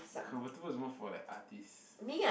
convertible is more for like artist